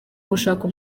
gushaka